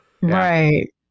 right